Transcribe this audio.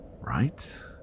right